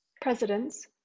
presidents